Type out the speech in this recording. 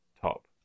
top